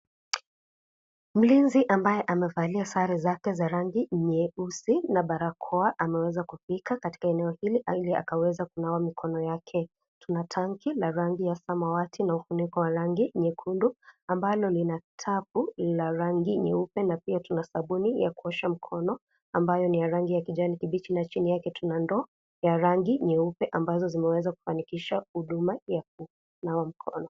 Mlinzi ambaye amevalia sare zake za rangi nyeusi na barakoa, ameweza kufika katika eneo hili ile akaweza kunawa mikono yake. Tuna tanki la rangi ya samawati na ufuniko wa rangi nyekundu, ambalo lina tapu la rangi nyeupe na pia tuna sabuni ya kuosha mkono, ambayo ni ya rangi ya kijani kibichi na chini yake tuna ndoo, ya rangi nyeupe ambazo zimeweza kufanikisha huduma ya kunawa mkono.